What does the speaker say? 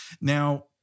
Now